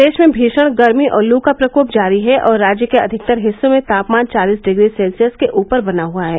प्रदेश में भीशण गर्मी और लू का प्रकोप जारी है और राज्य के अधिकतर हिस्सों में तापमान चालीस डिग्री सेल्सियस के ऊपर बना हआ है